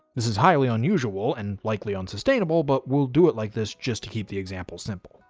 this is highly unusual and likely unsustainable, but we'll do it like this just to keep the example simple.